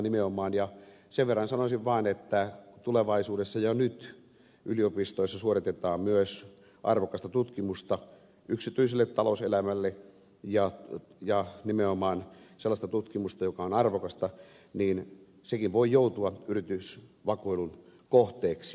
sen verran sanoisin vaan että tulevaisuudessa ja jo nyt yliopistoissa suoritetaan myös arvokasta tutkimusta yksityiselle talouselämälle ja sekin nimenomaan sellainen tutkimus joka on arvokasta voi joutua yritysvakoilun kohteeksi